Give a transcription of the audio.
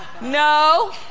No